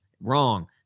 wrong